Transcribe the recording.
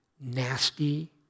nasty